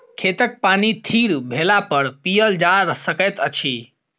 खेतक पानि थीर भेलापर पीयल जा सकैत अछि